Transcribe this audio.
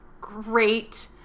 great